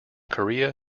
korea